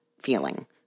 feeling